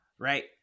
right